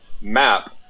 Map